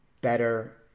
better